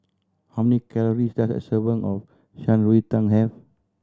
how many calories does a serving of Shan Rui Tang have